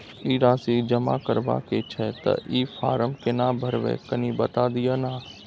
ई राशि जमा करबा के छै त ई फारम केना भरबै, कनी बता दिय न?